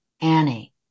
Annie